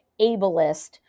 ableist